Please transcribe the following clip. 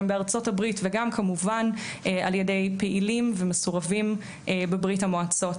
גם בארצות הברית וגם כמובן על ידי פעילים ומסורבים בברית המועצות,